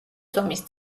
ზომის